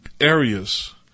areas